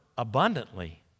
abundantly